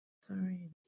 Sorry